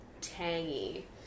tangy